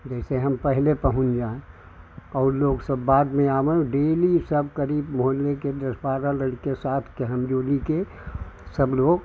जिससे हम पहले पहुँच जाए और लोग सब बाद में आवै डेली सब करीब मोहल्ले के दस बारह लड़के साथ के हम जोली के सब लोग